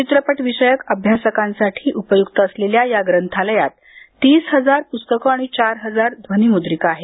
चित्रपटविषयक अभ्यासकांसाठी उपय्क्त असलेल्या या ग्रंथालयात तीस हजार पुस्तके आणि चार हजार ध्वनिमुद्रिका आहेत